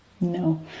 No